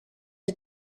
are